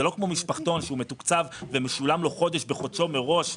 זה לא כמו משפחתון שהוא מתוקצב ומשולם לו חודש בחודשו מראש,